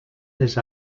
les